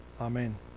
Amen